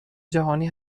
جهانی